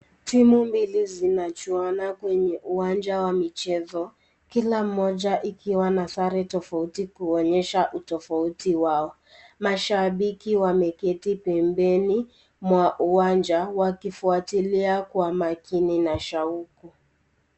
Timu mbili zinachuana kwenye uwanja wa michezo. Kila mmoja ikiwa na sare tofauti ikionyesha utafauti wao. Mashabiki wameketi pembeni mwa uwanja wakifuatilia kwa makini na shauku.